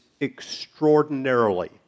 extraordinarily